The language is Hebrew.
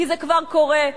כי זה כבר קורה.